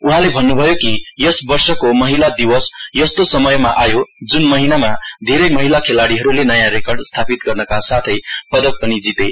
उहाँले भन्नुभयो कि यस वर्षको महिला दिवस यस्तो समयमा आयो जुन महिनामा धेरै महिला खेलाड़ीहरुले नयाँ रेकर्ड स्थापित गर्नका साथै पदक पनि जिते